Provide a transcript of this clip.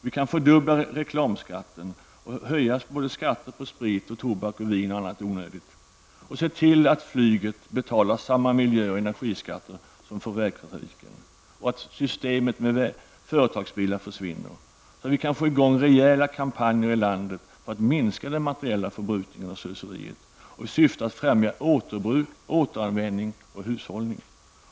Vi kan fördubbla reklamskatten och höja skatten på sprit, vin, tobak och annat onödigt. Vi kan se till att flyget betalar samma miljö och energiskatter som vägtrafiken och att systemet med företagsbilar försvinner. Vi kan få i gång rejäla kampanjer i landet för att minska den materiella förbrukningen och slöseriet i syfte att främja återbruk, återanvändning och hushållning.